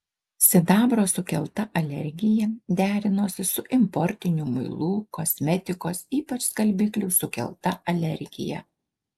sidabro sukelta alergija derinosi su importinių muilų kosmetikos ypač skalbiklių sukelta alergija